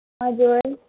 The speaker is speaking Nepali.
हजुर